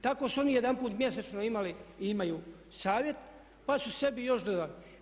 Tako su oni jedanput mjesečno imali i imaju savjet pa su sebi još dodali.